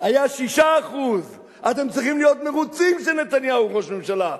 היה 6%. אתם צריכים להיות מרוצים שנתניהו ראש ממשלה.